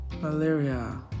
malaria